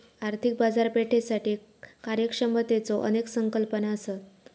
आर्थिक बाजारपेठेसाठी कार्यक्षमतेच्यो अनेक संकल्पना असत